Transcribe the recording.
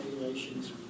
regulations